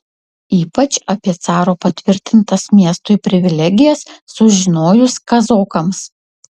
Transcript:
ypač apie caro patvirtintas miestui privilegijas sužinojus kazokams